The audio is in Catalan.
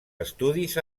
estudis